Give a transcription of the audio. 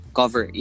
cover